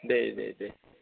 दे दे दे